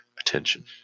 attention